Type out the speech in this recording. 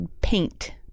paint